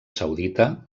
saudita